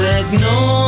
ignore